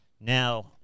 Now